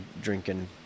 drinking